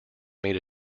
made